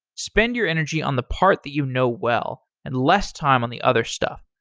spend your energy on the part that you know well and less time on the other stuff.